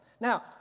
Now